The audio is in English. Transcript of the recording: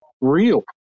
real